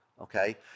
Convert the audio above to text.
okay